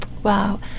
Wow